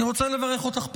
אני רוצה לברך אותך פעמיים: